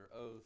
oath